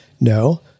No